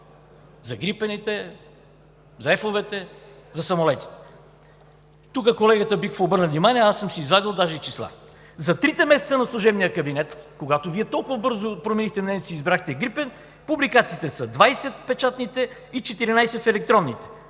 за грипените, за F-овете, за самолетите. Тук колегата Биков обърна внимание, аз съм си извадил даже и числа. За трите месеца на служебния кабинет, когато Вие толкова бързо променихте мнението си и избрахте „Грипен“, печатните публикации са 20 и 14 в електронните,